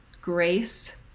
grace